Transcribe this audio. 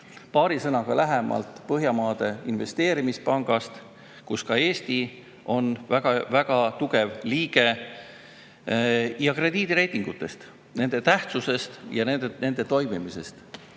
paari sõnaga lähemalt Põhjamaade Investeerimispangast, kus ka Eesti on väga tugev liige, ja krediidireitingutest, nende tähtsusest ja nende toimimisest.